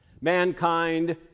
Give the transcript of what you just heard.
mankind